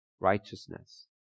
righteousness